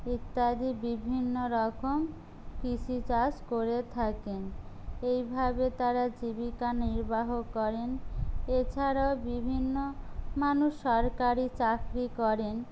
ইত্যাদি বিভিন্ন রকম কিসি চাস করে থাকেন এইভাবে তারা জীবিকা নির্বাহ করেন এছাড়াও বিভিন্ন মানুষ সরকারি চাকরি করেন